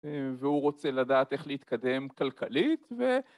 והוא רוצה לדעת איך להתקדם כלכלית ו...